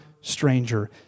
stranger